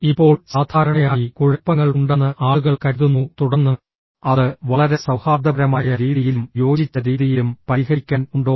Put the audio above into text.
ഇപ്പോൾ സാധാരണയായി കുഴപ്പങ്ങൾ ഉണ്ടെന്ന് ആളുകൾ കരുതുന്നു തുടർന്ന് അത് വളരെ സൌഹാർദ്ദപരമായ രീതിയിലും യോജിച്ച രീതിയിലും പരിഹരിക്കാൻ ഉണ്ടോ